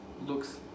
looks